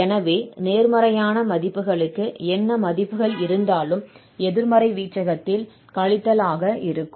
எனவே நேர்மறையான மதிப்புகளுக்கு என்ன மதிப்புகள் இருந்தாலும் எதிர்மறை வீச்சகத்தில் கழித்தல் ஆக இருக்கும்